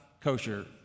kosher